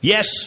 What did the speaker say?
Yes